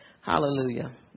Hallelujah